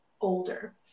older